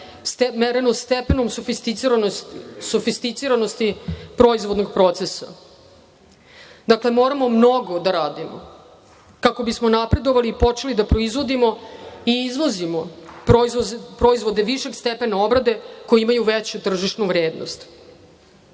mereno stepenom sofisticiranosti proizvodnog procesa. Moramo mnogo da radimo kako bismo napredovali i počeli da proizvodimo i izvozimo proizvode, višak stepena obrade koji imaju veću tržišnu vrednost. Veliki